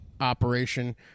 operation